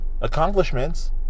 accomplishments